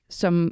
som